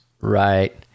Right